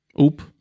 Oop